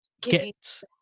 Get